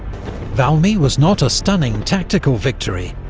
valmy was not a stunning tactical victory,